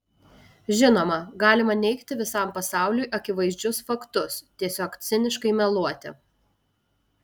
žinoma galima neigti visam pasauliui akivaizdžius faktus tiesiog ciniškai meluoti